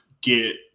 get